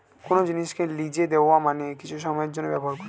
কোন জিনিসকে লিজে দেওয়া মানে কিছু সময়ের জন্যে ব্যবহার করা